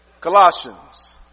Colossians